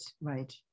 right